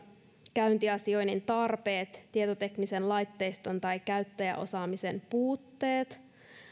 käyntiasioinnin tarpeet tietoteknisen laitteiston tai käyttäjäosaamisen puutteet